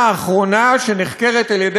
שנחקרת על-ידי המשטרה,